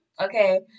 Okay